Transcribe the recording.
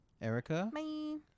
erica